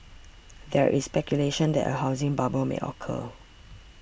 there is speculation that a housing bubble may occur